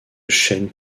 chênes